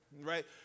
right